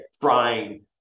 trying